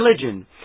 religion